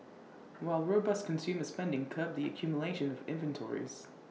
while robust consumer spending curbed the accumulation of inventories